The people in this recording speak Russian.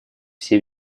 все